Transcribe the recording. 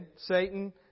Satan